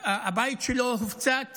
הבית שלו הופצץ